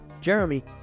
Jeremy